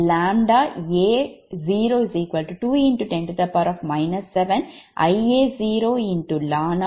ʎa02X10 7Ia0Dn3r1D2 𝑊b−𝑇𝑚 சமன்பாடு 33